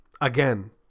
again